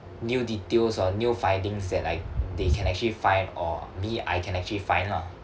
new details or new findings that like they can actually find or me I can actually find lah